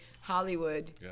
Hollywood –